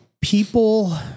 people